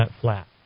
flat